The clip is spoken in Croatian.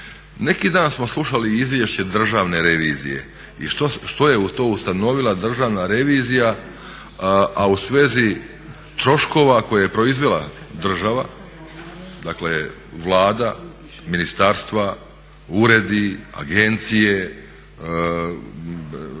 Neki dan smo slušali Izvješće Državne revizije i što je to ustanovila Državna revizija a u svezi troškova koje je proizvela država, dakle Vlada, ministarstva, uredi, agencije,